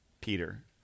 Peter